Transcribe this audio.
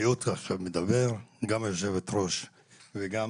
המיעוט עכשיו מדבר וחברתי מראענה